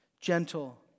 gentle